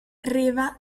riva